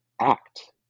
act